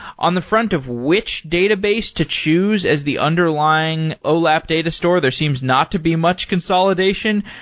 on the front of which database to choose as the underlying olap data store, there seems not to be much consolidation.